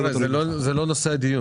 זה לא תלוי בך.